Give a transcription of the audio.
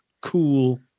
cool